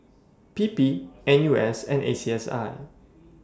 P P N U S and A C S